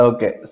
Okay